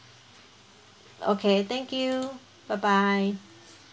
okay thank you bye bye